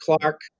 Clark